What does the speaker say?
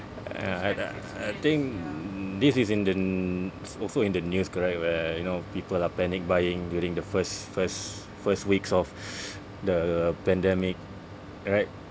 ya I I I think this is in the n~ also in the news correct where you know people are panic buying during the first first first weeks of the pandemic right